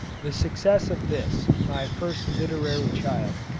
the success of this, my first literary child,